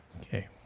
Okay